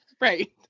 Right